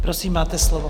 Prosím, máte slovo.